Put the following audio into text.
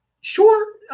sure